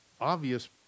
obvious